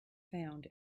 found